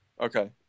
Okay